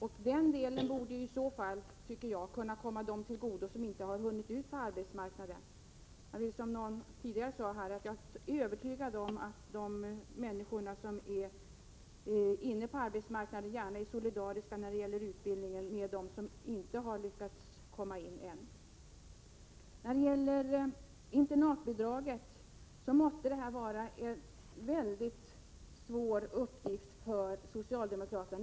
Jag tycker att denna del borde komma dem till godo som inte har kommit ut på arbetsmarknaden. Jag är, som någon tidigare talare sade, övertygad om att de människor som redan finns på arbetsmarknaden gärna skulle ställa sig solidariska när det gäller utbildningsmöjligheter för dem som ännu inte har lyckats komma in på denna. Vad gäller internatbidraget måste socialdemokraterna ha en mycket svår uppgift framför sig.